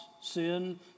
sin